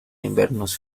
inviernos